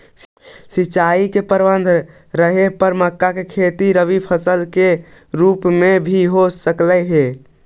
सिंचाई का प्रबंध रहे पर मक्का की खेती रबी फसल के रूप में भी हो सकलई हे